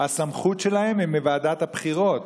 הסמכות שלהם היא מוועדת הבחירות,